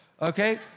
okay